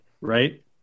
right